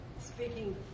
speaking